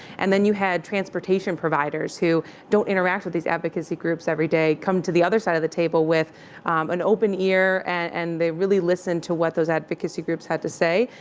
and then you had transportation providers who don't interact with these advocacy groups every day come to the other side of the table with an open ear. and they really listened to what those advocacy groups had to say.